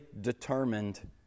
determined